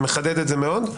מכבד את זה מאוד.